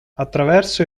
attraverso